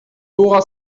dora